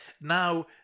Now